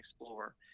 explore